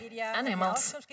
animals